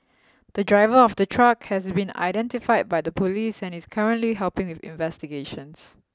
the driver of the truck has been identified by the police and is currently helping with investigations